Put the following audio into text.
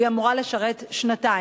היא אמורה לשרת שנתיים,